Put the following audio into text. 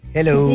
Hello